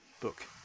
book